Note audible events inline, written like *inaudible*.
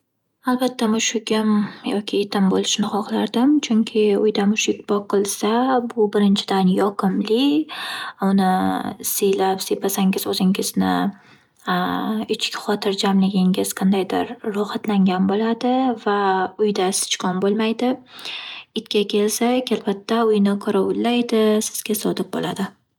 Albatta mushugim yoki itim bo'lishini xoxlardim chunki uyda mushuk boqilsa, bu birinchidan yoqimli, uni silab siypasangiz o'zingizni *hesitation* ichki xotirjamligingiz qandaydir rohatlangan bo'ladi va uyda sichqon bo'lmaydi. Itga kelsak, albatta uyni qorovullaydi, sizga sodiq bo'ladi.